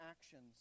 actions